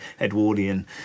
Edwardian